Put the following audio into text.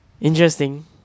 Interesting